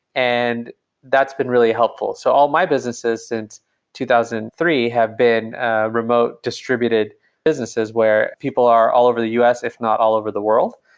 and that's been really helpful. so all my businesses since two thousand and three have been remote distributed businesses where people are all over the u s, if not all over the world.